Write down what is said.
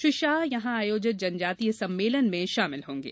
श्री शाह यहां आयोजित जनजातीय सम्मेलन में भाग लेंगे